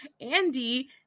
andy